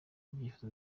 ibyifuzo